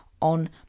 on